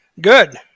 good